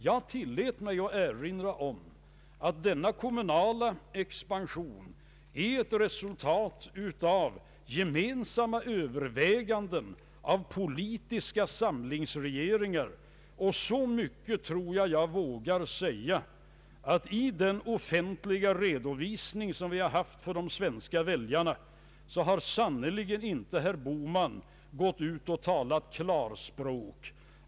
Jag tillät mig erinra om att denna kommunala expansion är ett resultat av gemensamma överväganden av politis ka samlingsregeringar. Så mycket tror jag att jag vågar säga, att i den offentliga redovisning som vi haft för de svenska väljarna har sannerligen inte herr Bohman gått ut och talat klarspråk.